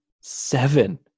seven